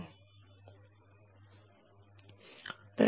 मी ते कसे नमुना करू शकतो